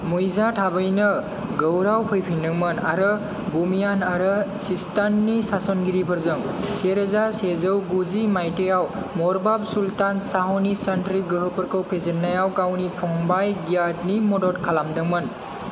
मुइजा थाबैनो घौराव फैफिनदोंमोन आरो बमियान आरो सिस्ताननि सासनगिरिफोरजों से रोजा सेजौ गुजि मायथाइआव मर्वाब सुल्तान शाहनि सानथ्रि गोहोफोरखौ फेजेननायाव गावनि फंबाय घियाथनि मदद खालादोंमोन